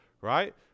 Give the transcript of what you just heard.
right